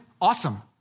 awesome